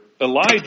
Elijah